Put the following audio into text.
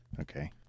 Okay